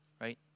right